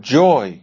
joy